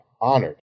honored